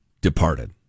departed